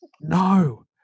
No